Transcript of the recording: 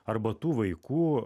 arba tų vaikų